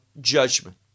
judgment